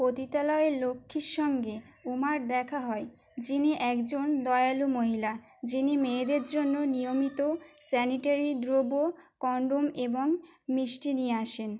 পতিতালয়ে লক্ষ্মীর সঙ্গে উমার দেখা হয় যিনি একজন দয়ালু মহিলা যিনি মেয়েদের জন্য নিয়মিত স্যানিটারি দ্রব্য কন্ডোম এবং মিষ্টি নিয়ে আসেন